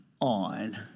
on